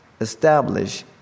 establish